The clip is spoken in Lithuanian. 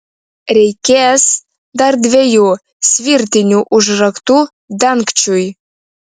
reikės dar dviejų svirtinių užraktų dangčiui